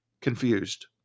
confused